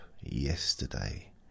yesterday